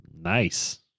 Nice